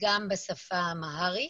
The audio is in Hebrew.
גם בשפה האמהרית.